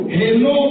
hello